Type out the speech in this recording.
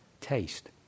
taste